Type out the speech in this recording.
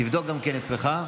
תבדוק גם כן אצלך.